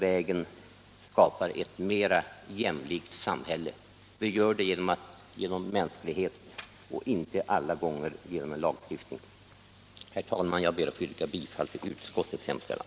Vägen till ett mera jämlikt samhälle, herr Åkerlind, går genom mänsklighet och inte alla gånger genom lagstiftning. Herr talman! Jag ber att få yrka bifall till utskottets hemställan.